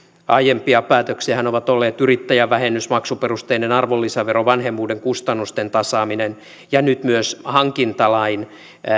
aiempia päätöksiähän ovat olleet yrittäjävähennys maksuperusteinen arvonlisävero vanhemmuuden kustannusten tasaaminen ja nyt myös hankintalain